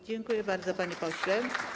Dziękuję bardzo, panie pośle.